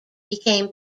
became